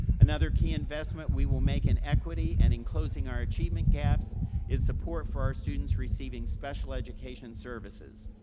another key investment we will make in equity and in closing our achievement gaps is support for our students receiving special education services.